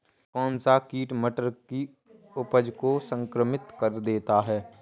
कौन सा कीट मटर की उपज को संक्रमित कर देता है?